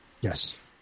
Yes